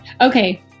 Okay